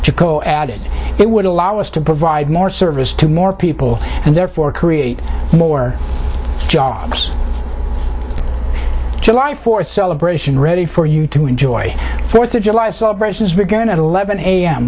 to go added it would allow us to provide more service to more people and therefore create more jobs july fourth celebration ready for you to enjoy fourth of july celebrations began at eleven a